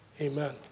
Amen